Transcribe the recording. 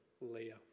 Leah